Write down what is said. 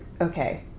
okay